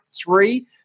three